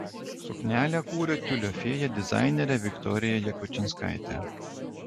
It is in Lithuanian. suknelę kūrė tiulio fėja dizainerė viktorija jakučinskaitė